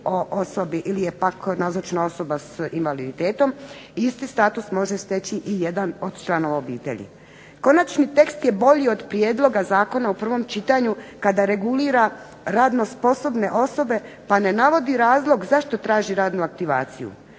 Konačni tekst je bolji od prijedloga Zakona u prvom čitanju kada regulira radno sposobne osobe pa ne navodi razlog zašto traži radnu aktivaciju.